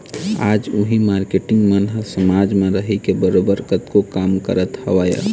आज उही मारकेटिंग मन ह समाज म रहिके बरोबर कतको काम करत हवँय